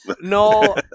no